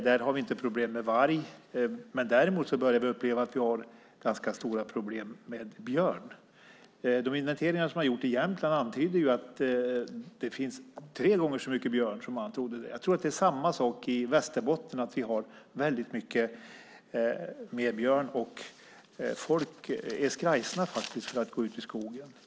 Där har vi inte problem med varg, men däremot börjar vi uppleva att vi ganska stora problem med björn. De inventeringar som har gjorts i Jämtland antyder att det finns tre gånger så mycket björn som man trodde. Jag tror att det är samma sak i Västerbotten. Folk är skrajsna för att gå ut i skogen.